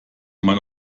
man